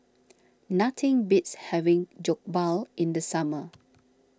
nothing beats having Jokbal in the summer